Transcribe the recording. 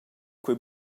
quei